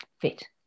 fit